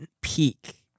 peak